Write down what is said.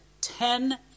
ten